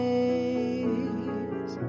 Days